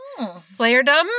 slayerdom